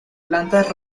plantas